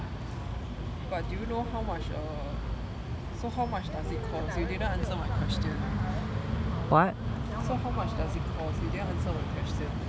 but do you know how much err so how much does it cost you didn't answer my question so how much does it cost you didn't answer my question